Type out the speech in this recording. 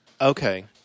Okay